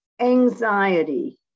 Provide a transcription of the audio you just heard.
anxiety